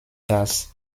das